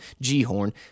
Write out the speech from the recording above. G-Horn